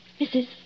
Mrs